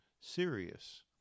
serious